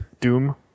doom